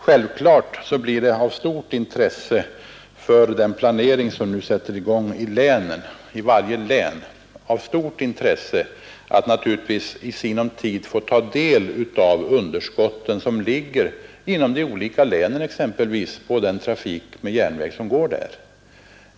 Självklart blir det av stort intresse för den planering som vi nu sätter i gång i varje län att i sinom tid få ta del av underskotten exempelvis på den trafik med järnväg som går inom de olika länen.